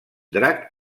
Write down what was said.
drac